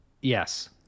Yes